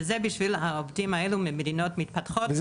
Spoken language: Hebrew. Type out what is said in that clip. וזה בשביל העובדים האלו ממדינות מתפתחות.